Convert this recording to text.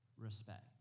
respect